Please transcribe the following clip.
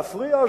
להפריע,